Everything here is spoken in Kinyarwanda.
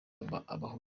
abahutu